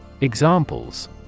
Examples